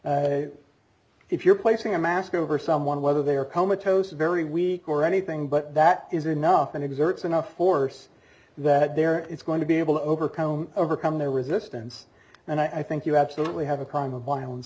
stokely if you're placing a mask over someone whether they are comatose very weak or anything but that is enough and exerts enough force that there is going to be able to overcome overcome their resistance and i think you absolutely have a crime of violence